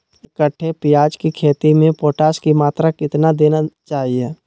एक कट्टे प्याज की खेती में पोटास की मात्रा कितना देना चाहिए?